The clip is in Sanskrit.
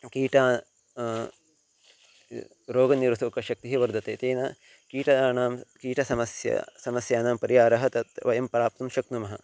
कीटाः रोगनिरोधकशक्तिः वर्धते तेन कीटानां कीटसमस्या समस्यानां परिहारः तत् वयं प्राप्तुं शक्नुमः